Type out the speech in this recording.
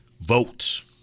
Vote